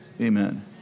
Amen